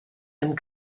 and